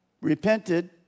repented